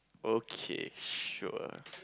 okay sure